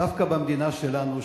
דווקא במדינה שלנו,